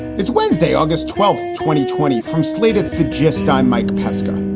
it's wednesday, august twelfth, twenty twenty from slate, it's the gist. i'm mike pesca.